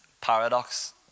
paradox